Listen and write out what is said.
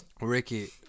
Ricky